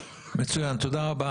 מצוין, תודה רבה.